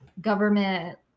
government